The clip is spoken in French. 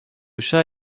chat